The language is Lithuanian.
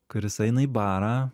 kuris eina į barą